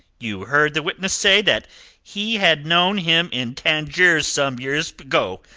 you heard the witness say that he had known him in tangiers some years ago,